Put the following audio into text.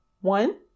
One